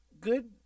good